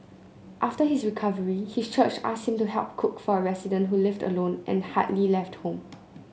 after his recovery his church asked him to help cook for a resident who lived alone and hardly left home